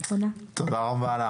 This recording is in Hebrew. תודה רבה לך.